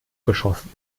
geschossen